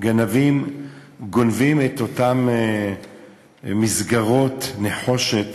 גנבים גונבים את אותן מסגרות נחושת